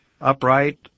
upright